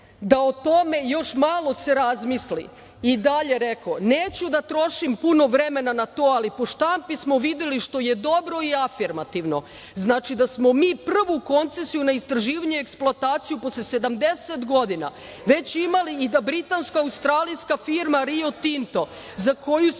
da o tome još malo se razmisli. Dalje je rekao – neću da trošim puno vremena na to, ali po štampi svo videli što je dobro i afirmativno, znači da smo mi prvu koncesiju na istraživanje i eksploataciju posle 70 godina već imali i da britansko-australijska firma Rio Tinto za koju se